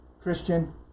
Christian